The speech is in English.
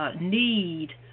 need